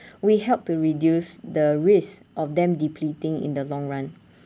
we help to reduce the risk of them depleting in the long run